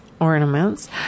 Ornaments